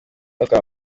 batwara